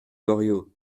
goriot